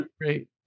Great